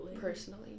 personally